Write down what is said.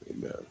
Amen